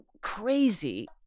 crazy